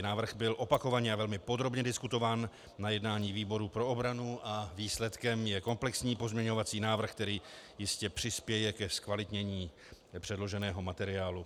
Návrh byl opakovaně a velmi podrobně diskutován na jednání výboru pro obranu a výsledkem je komplexní pozměňovací návrh, který jistě přispěje ke zkvalitnění předloženého materiálu.